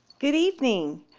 good evening,